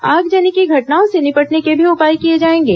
आगजनी की घटनाओं से निपटने के भी उपाय किए जाएंगे